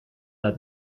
that